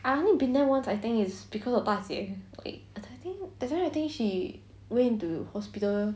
I only been there once I think is because of pa 姐 like I think that time I think she went into hospital